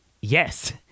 yes